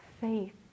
faith